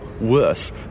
worse